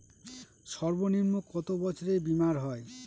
সর্বনিম্ন কত বছরের বীমার হয়?